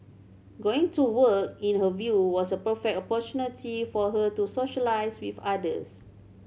going to work in her view was a perfect opportunity for her to socialise with others